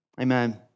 amen